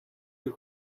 you